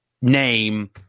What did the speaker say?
name